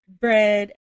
bread